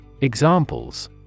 Examples